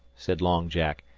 said long jack.